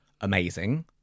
amazing